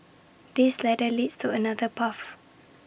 this ladder leads to another path